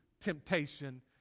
temptation